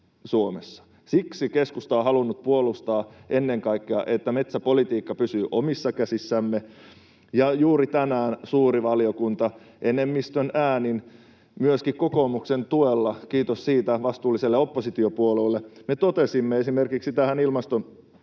Siksi keskusta on halunnut puolustaa ennen kaikkea, että metsäpolitiikka pysyy omissa käsissämme, ja juuri tänään suuri valiokunta enemmistön äänin — myöskin kokoomuksen tuella, kiitos siitä vastuulliselle oppositiopuolueelle — me totesimme esimerkiksi tähän ilmastotoimiin